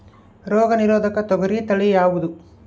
ರೋಗ ನಿರೋಧಕ ತೊಗರಿ ತಳಿ ಯಾವುದು?